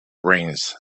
brains